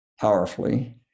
powerfully